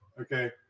Okay